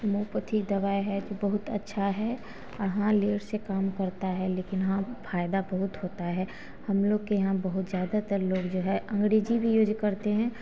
homeopathic दवाई है कि बहुत अच्छा है हाँ लेट से काम करता है लेकिन हाँ फ़ायदा बहुत होता है हमलोग के यहाँ बहुत ज़्यादातर लोग जो हैं अँग्रेजी भी यूज़ करते हैं